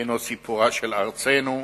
הינו סיפורם של ארצנו,